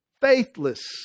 faithless